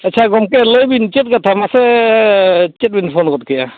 ᱟᱪᱪᱷᱟ ᱜᱚᱢᱠᱮ ᱞᱟᱹᱭ ᱵᱤᱱ ᱪᱮᱫ ᱠᱟᱛᱷᱟ ᱢᱟᱥᱮ ᱪᱮᱫ ᱵᱤᱱ ᱯᱷᱳᱱ ᱜᱚᱫ ᱠᱮᱜᱼᱟ